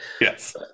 yes